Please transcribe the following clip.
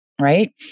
Right